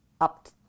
up